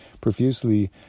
profusely